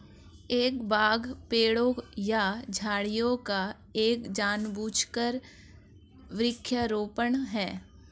एक बाग पेड़ों या झाड़ियों का एक जानबूझकर वृक्षारोपण है